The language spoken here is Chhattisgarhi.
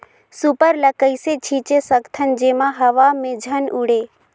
सुपर ल कइसे छीचे सकथन जेमा हवा मे झन उड़े?